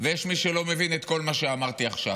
ויש מי שלא מבין את כל מה שאמרתי עכשיו,